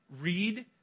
read